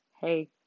Hey